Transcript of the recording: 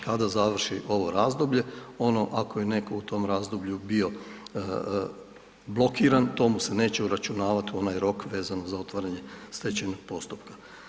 Kada završi ovo razdoblje ono ako je neko u tom razdoblju bio blokiran, to mu se neće uračunavat u onaj rok vezan za otvaranje stečajnog postupka.